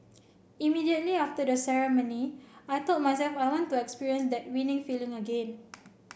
immediately after the ceremony I told myself I want to experience that winning feeling again